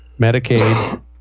medicaid